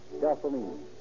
gasoline